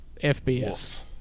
FBS